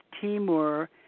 Timur